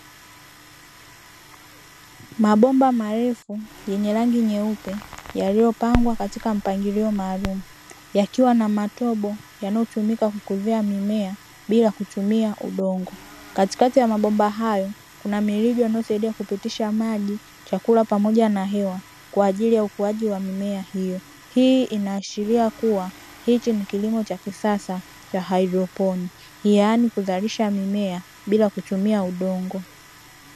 Mabomba marefu yenye rangi nyeupe yaliyopangwa katika mpangilio maalumu yakiwa na matobo yanayotumika kukuzia mimea bila kutumia udongo katikati ya mabomba hayo kuna mirija inayosaidia kupitisha maji chakula pamoja na hewa kwajili ya ukuaji wa mimea hiyo hii ina ashiria kuwa hichi ni kilimo cha kisasa cha haidroponi yaani kuzalisha mimea bila kutumia udongo.